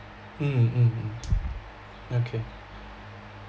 mm mm mm okay